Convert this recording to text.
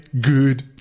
good